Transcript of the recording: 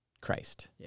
Christ